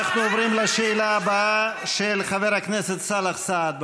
אנחנו עוברים לשאלה הבאה, של חבר הכנסת סאלח סעד.